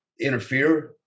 interfere